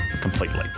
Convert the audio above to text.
completely